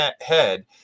head